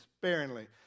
sparingly